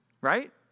right